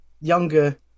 younger